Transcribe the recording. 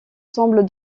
semble